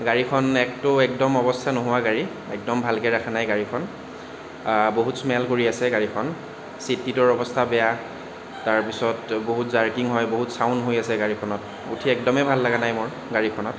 গাড়ীখন একতো একদম অৱস্থা নোহোৱা গাড়ী একদম ভালকে ৰাখা নাই গাড়ীখন বহুত স্মেল কৰি আছে গাড়ীখন চিট টিটৰ অৱস্থা বেয়া তাৰ পিছত বহুত জাৰকিং হয় বহুত চাউণ্ড হৈ আছে গাড়ীখনত উঠি একদমে ভাল লগা নাই মোৰ গাড়ীখনত